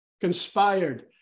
conspired